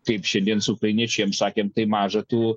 taip šiandien su ukrainiečiais jam sakėm tai maža tų